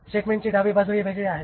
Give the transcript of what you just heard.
स्टेटमेंटची डावी बाजू ही वेगळी आहे